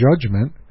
judgment